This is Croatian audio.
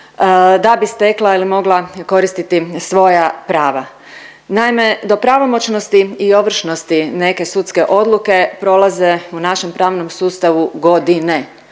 da bi stekla ili mogla koristiti svoja prava. Naime, do pravomoćnosti i ovršnosti neke sudske odluke prolaze u našem pravnom sustavu godine,